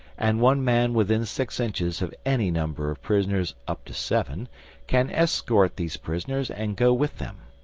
and one man within six inches of any number of prisoners up to seven can escort these prisoners and go with them.